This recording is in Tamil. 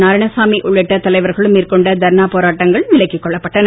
நாரயாணசாமி உள்ளிட்ட தலைவர்களும் மேற்கொண்ட தர்ணாப் போராட்டங்கள் பின்னர் விலக்கிக் கொள்ளப்பட்டன